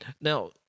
Now